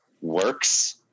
works